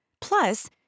Plus